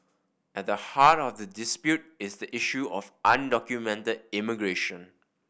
at the heart of the dispute is the issue of undocumented immigration